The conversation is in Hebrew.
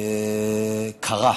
קרה.